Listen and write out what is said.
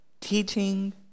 teaching